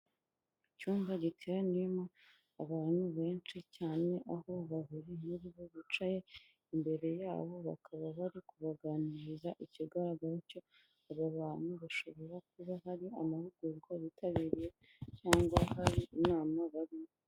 Icyumba giteraniyemo abantu benshi cyane aho bahuriye muri bo bicaye, imbere yabo bakaba bari kubaganiriza ikigaragara tyo abo bantu bashobora kuba hari amahugurwa bitabiriye cyangwa hari inama barimo.